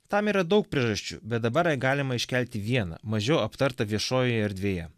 tam yra daug priežasčių bet dabar galima iškelti vieną mažiau aptartą viešojoje erdvėje